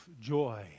joy